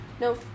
No